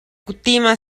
kutima